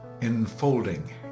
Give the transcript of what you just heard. enfolding